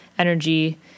energy